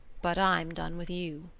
but i'm done with you,